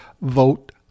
vote